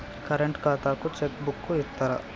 Current ఖాతాకు check book ఇత్తరా?